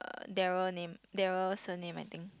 uh Darrel name Darrel surname I think